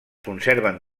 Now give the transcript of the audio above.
conserven